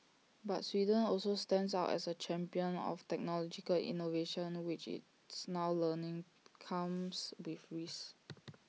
but Sweden also stands out as A champion of technological innovation which it's now learning comes with frees